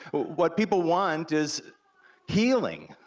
what people want is healing,